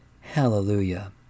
Hallelujah